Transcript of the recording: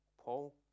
Paul